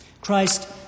Christ